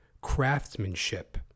craftsmanship